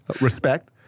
Respect